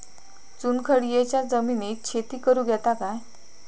चुनखडीयेच्या जमिनीत शेती करुक येता काय?